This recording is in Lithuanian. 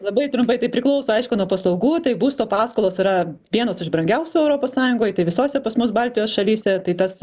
labai trumpai tai priklauso aišku nuo paslaugų tai būsto paskolos yra vienos iš brangiausių europos sąjungoj tai visose pas mus baltijos šalyse tai tas